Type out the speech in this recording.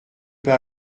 peux